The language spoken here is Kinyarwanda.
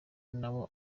nawe